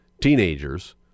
teenagers